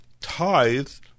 tithed